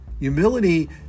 Humility